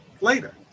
later